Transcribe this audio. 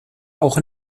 auch